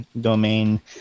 domain